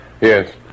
Yes